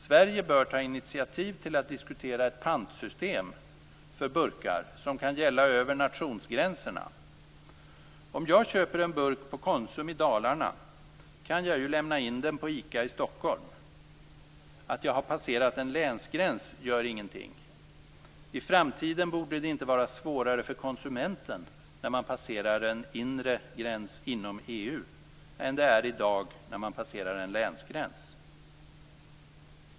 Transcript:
Sverige bör ta initiativ till att diskutera ett pantsystem för burkar som kan gälla över nationsgränserna. Om jag köper en burk i Konsum i Dalarna kan jag ju lämna in den i ICA i Stockholm. Att jag har passerat en länsgräns gör ingenting. I framtiden borde det inte vara svårare för konsumenterna när de passerar en inre gräns inom EU än det i dag är när man passerar en länsgräns.